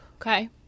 Okay